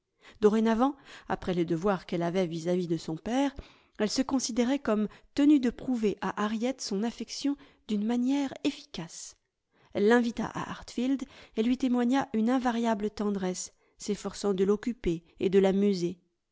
dorénavant après les devoirs qu'elle avait vis-à-vis de son père elle se considérait comme tenue de prouver à harriet son affection d'une manière efficace elle l'invita à hartfield et lui témoigna une invariable tendresse s'efforçant de l'occuper et de